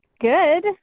Good